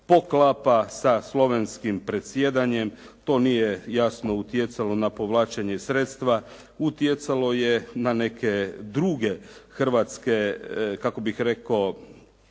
poklapa sa slovenskim predsjedanje. To nije jasno utjecalo na povlačenje sredstva. Utjecalo je na neke druge Hrvatske, kako bih rekao